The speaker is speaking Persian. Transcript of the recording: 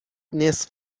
نصف